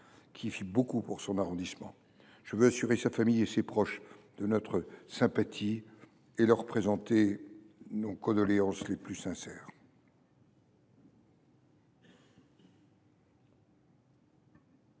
qui fit beaucoup pour son arrondissement. Je veux assurer sa famille et ses proches de notre sympathie et leur présenter nos condoléances les plus sincères.